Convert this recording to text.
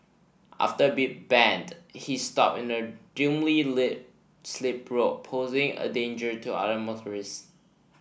after a big bend he stopped in a lit slip road posing a danger to other motorists